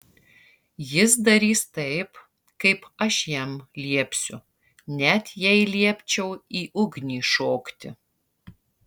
jis darys taip kaip aš jam liepsiu net jei liepčiau į ugnį šokti